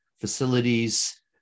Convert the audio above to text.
facilities